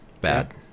bad